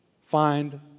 find